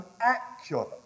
accurate